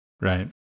Right